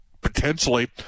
potentially